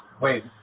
Wait